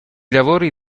lavori